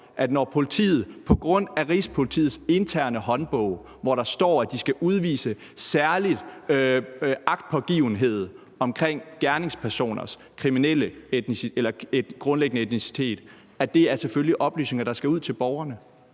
at der i Rigspolitiets interne håndbog står, at de skal udvise særlig agtpågivenhed om gerningspersoners etnicitet, og at det selvfølgelig er oplysninger, der skal ud til borgerne.